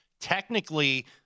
technically –